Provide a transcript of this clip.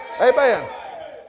Amen